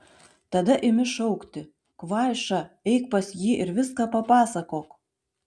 tada imi šaukti kvaiša eik pas jį ir viską papasakok